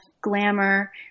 glamour